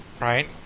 right